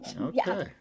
Okay